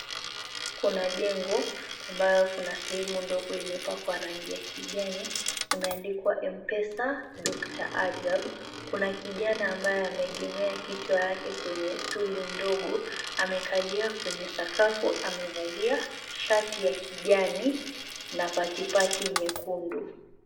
Kuna jengo ambayo Kuna sehemu ndogo imepakwa rangi ya kijani imeandikwa Mpesa doctor ajab na kijana ambaye ameaegemea kichwa yake kwenye stooli ndogo amekalia kwenye sakafu amevalia shati ya kijani na patipati nyekundu.